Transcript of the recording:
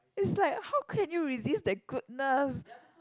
it's like how can you resist that goodness